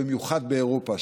במיוחד באירופה,